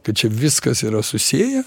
kad čia viskas yra susieję